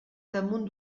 damunt